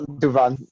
duvan